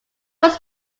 was